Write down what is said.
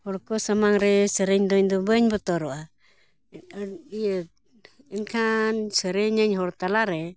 ᱦᱚᱲ ᱠᱚ ᱥᱟᱢᱟᱝ ᱨᱮ ᱥᱮᱨᱮᱧ ᱫᱚ ᱤᱧᱫᱚ ᱵᱟᱹᱧ ᱵᱚᱛᱚᱨᱚᱜᱼᱟ ᱤᱭᱟᱹ ᱮᱱᱠᱷᱟᱱ ᱥᱮᱨᱮᱧᱟᱹᱧ ᱦᱚᱲ ᱛᱟᱞᱟᱨᱮ